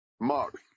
Mark